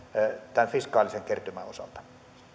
tämän fiskaalisen kertymän osalta